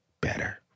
better